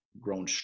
grown